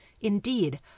indeed